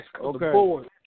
Okay